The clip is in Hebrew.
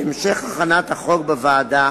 בהמשך הכנת החוק בוועדה